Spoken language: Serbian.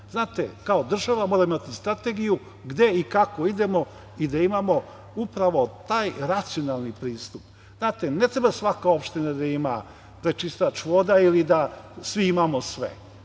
Znate, kao država mora imati strategiju gde i kako idemo i da imamo upravo taj racionalni pristup. Znate, ne treba svaka opština da ima prečistač voda ili da svi imamo sve.